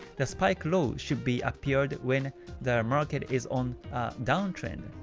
the spike low should be appeared when the market is on a down trend.